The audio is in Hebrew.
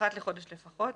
-- אחת לחודש לפחות.